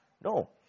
No